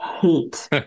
hate